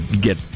get